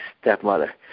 stepmother